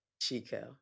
Chico